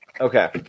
Okay